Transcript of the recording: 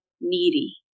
needy